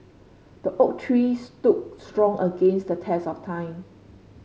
the oak tree stood strong against the test of time